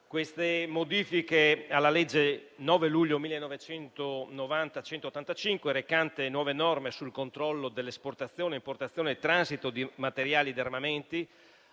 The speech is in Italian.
di modifiche alla legge 9 luglio 1990, n. 185, recante nuove norme sul controllo dell'esportazione, importazione e transito di materiali di armamenti,